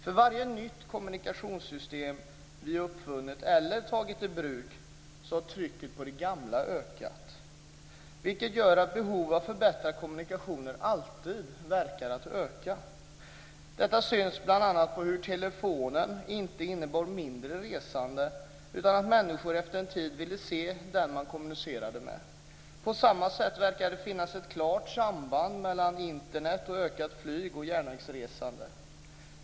För varje nytt kommunikationssystem som vi har uppfunnit eller tagit i bruk har trycket på det gamla ökat, vilket gör att behovet av förbättrade kommunikationer alltid verkar att öka. Detta syns bl.a. på hur telefonen inte innebar mindre resande, utan människor ville efter en tid se den man kommunicerade med. På samma sätt verkar det finnas ett klart samband mellan Internet och ett ökat flyg och järnvägsresande.